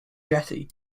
jetty